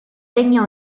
regno